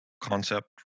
concept